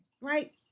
right